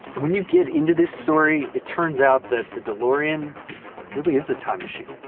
when you get into this story, it turns out that the delorean really is a time machine.